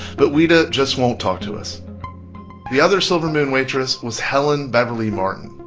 but ouida just won't talk to us the other silver moon waitress was helen beverly martin.